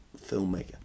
filmmaker